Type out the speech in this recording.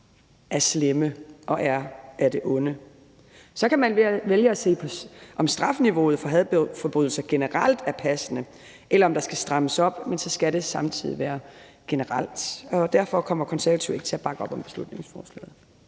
er slemme og af det onde. Så kan man vælge at se på, om strafniveauet for hadforbrydelser generelt er passende, eller om der skal strammes op, men så skal det samtidig gælde generelt. Derfor kommer Konservative ikke til at bakke op om beslutningsforslaget.